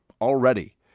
already